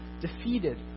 defeated